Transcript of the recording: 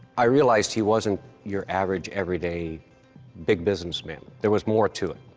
i realized he wasn't your average, everyday big-business man. there was more to him.